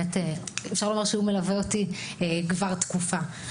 אפשר לומר שהוא מלווה אותי כבר תקופה.